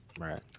Right